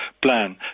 plan